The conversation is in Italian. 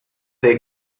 dei